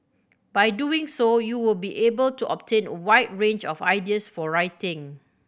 by doing so you will be able to obtain a wide range of ideas for writing